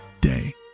day